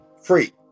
free